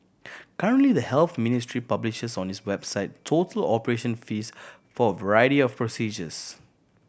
currently the Health Ministry publishes on its website total operation fees for a variety of procedures